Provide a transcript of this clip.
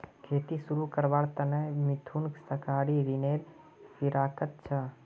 खेती शुरू करवार त न मिथुन सहकारी ऋनेर फिराकत छ